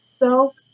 Self